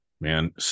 man